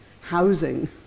housing